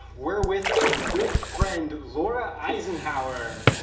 we're with our good friend laura eisenhower,